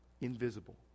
invisible